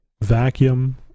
vacuum